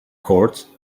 courts